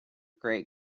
great